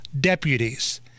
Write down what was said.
deputies